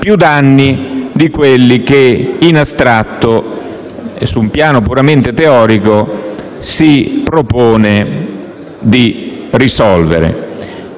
più danni di quelli che, in astratto e su un piano puramente teorico, si propone di risolvere.